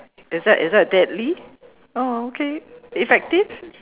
is that is that deadly oh okay effective